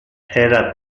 era